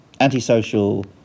antisocial